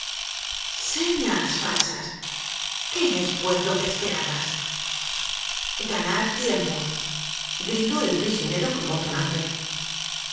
señas falsas qué es pues lo que esperabas ganar tiempo gritó el prisionero con voz tonante